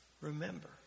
Remember